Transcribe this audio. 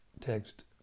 Text